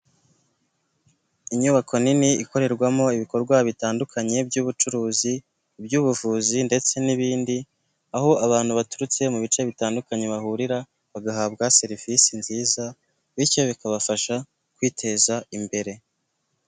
Inyubako nini ikorerwamo ibikorwa bitandukanye by'ubucuruzi, iby'ubuvuzi ndetse n'ibindi, aho abantu baturutse mu bice bitandukanye bahurira bagahabwa serivisi nziza, bityo bikabafasha kwiteza imbere.